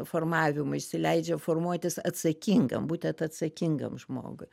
formavimuisi leidžia formuotis atsakingam būtent atsakingam žmogui